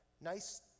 nice